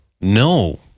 No